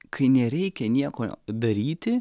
kai nereikia nieko daryti